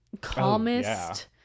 calmest